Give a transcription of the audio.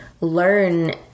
learn